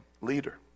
leader